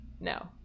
no